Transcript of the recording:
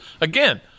again